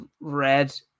red